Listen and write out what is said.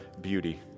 beauty